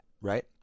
right